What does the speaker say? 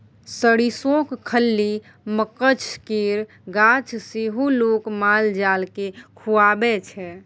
सरिसोक खल्ली, मकझ केर गाछ सेहो लोक माल जाल केँ खुआबै छै